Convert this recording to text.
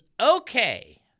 okay